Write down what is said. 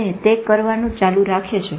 અને તે કરવાનું ચાલુ રાખે છે